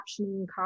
captioning